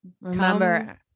Remember